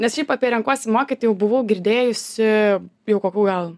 nes šiaip apie renkuosi mokyti jau buvau girdėjusi jau kokių gal